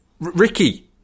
Ricky